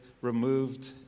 removed